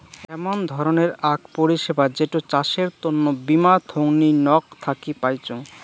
এমন ধরণের আক পরিষেবা যেটো চাষের তন্ন বীমা থোঙনি নক থাকি পাইচুঙ